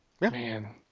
Man